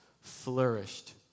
flourished